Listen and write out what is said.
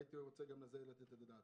הייתי רוצה גם על זה לתת את הדעת.